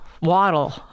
Waddle